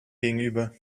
gegenüber